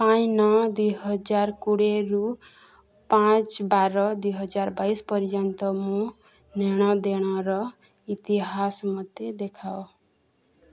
ପାଞ୍ଚ ନଅ ଦୁଇହଜାର କୋଡ଼ିଏରୁ ପାଞ୍ଚ ବାର ଦୁଇହଜାର ବାଇଶି ପର୍ଯ୍ୟନ୍ତ ମୋ ନେଣ ଦେଣର ଇତିହାସ ମୋତେ ଦେଖାଅ